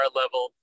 level